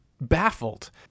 Baffled